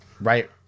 Right